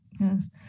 yes